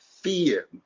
Fear